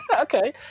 okay